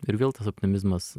ir vėl tas optimizmas